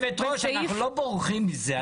גברתי יושבת הראש אנחנו לא בורחים מזה,